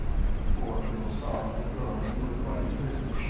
and the poor little sorrowful girl we were going to visit.